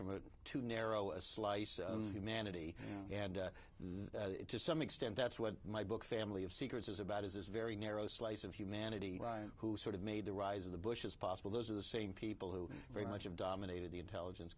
from a too narrow a slice of humanity and the to some extent that's what my book family of secrets is about is this very narrow slice of humanity who sort of made the rise of the bush as possible those are the same people who very much of dominated the intelligence